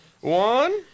One